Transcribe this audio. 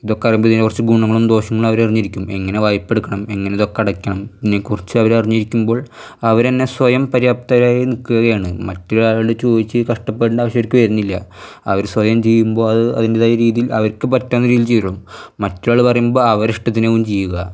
ഇതൊക്കെ അറിയുമ്പോൾ ഇതിനെ കുറച്ച് ഗുണങ്ങളും ദോഷങ്ങളും അവർ അറിഞ്ഞിരിക്കും എങ്ങനെ വായ്പ എടുക്കണം എങ്ങനെ ഇതൊക്കെ അടക്കണം എന്നെക്കുറിച്ച് അവരറിഞ്ഞിരിക്കുമ്പോള് അവരന്നെ സ്വയം പര്യാപ്തരായി നിക്കുകയാണ് മറ്റ് ആളുകളോട് ചോദിച്ച് കഷ്ടപ്പെടണ്ട ആവശ്യം അവര്ക്ക് വരുന്നില്ല അവർ സ്വയം ചെയ്യുമ്പോള് അത് അതിന്റെതായ രീതിയില് അവര്ക്ക് പറ്റാവുന്ന രീതിയില് ചേരും മറ്റൊരാൾ പറയുമ്പോൾ അവരെ ഇഷ്ടത്തിനാവും ചെയ്യുക